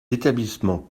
établissements